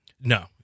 No